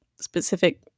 specific